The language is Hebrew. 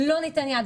לא ניתן יד.